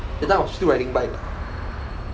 that time I was still riding bike